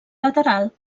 lateral